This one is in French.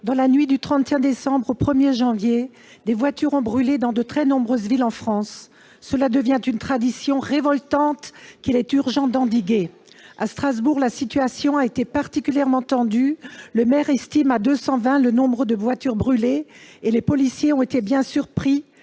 dans la nuit du 31 décembre au 1 janvier, des voitures ont brûlé dans de très nombreuses villes en France. Cela devient une « tradition » révoltante, à laquelle il est urgent de mettre un terme. À Strasbourg, la situation a été particulièrement tendue : le maire estime à 220 le nombre de voitures brûlées et les policiers ont, bien sûr,